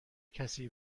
کسی